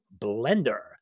Blender